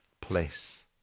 place